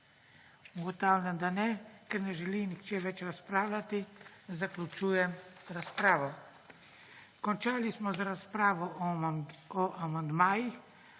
Ugotavljam, da ne. Ker ne želi nihče več razpravljati, zaključujem razpravo. Končali smo z razpravo o amandmajih,